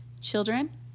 Children